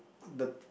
the